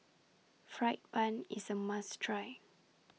Fried Bun IS A must Try